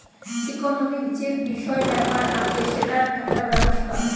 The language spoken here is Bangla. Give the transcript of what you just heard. ইকোনোমিক্ যে বিষয় ব্যাপার আছে সেটার একটা ব্যবস্থা